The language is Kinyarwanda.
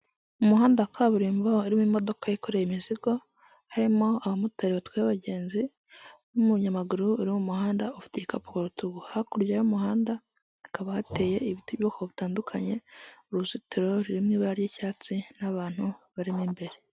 Umuhanda wa kaburimbo harimo imodoka yikoreye imizigo, harimo abamotari batwaye abagenzi, n'umunyamaguru uri mu muhanda ufite igikapu kurutugu. Hakurya y'umuhanda hakaba hateye ibiti ubwoko bitandukanye, uruzitiro rurimo ibara ry'icyatsi n'abantu barimo imbere.